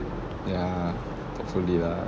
ya hopefully lah